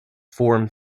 form